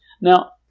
Now